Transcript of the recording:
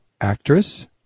actress